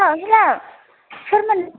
औ हेल' सोरमोन